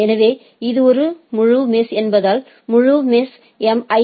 எனவே இது ஒரு முழு மெஷ் என்பதால் முழு மெஷ் ஐ